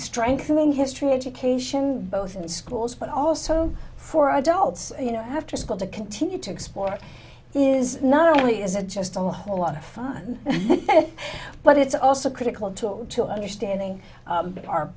strength and in history education both in schools but also for adults you know after school to continue to explore is not only is it just a whole lot of fun but it's also critical to understanding our our